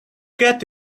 get